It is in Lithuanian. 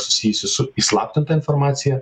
susijusi su įslaptinta informacija